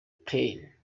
plane